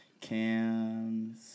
Cams